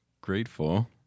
grateful